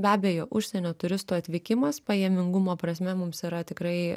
be abejo užsienio turistų atvykimas pajamingumo prasme mums yra tikrai